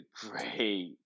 great